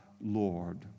Lord